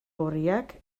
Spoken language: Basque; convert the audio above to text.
gorriak